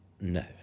No